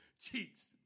Cheeks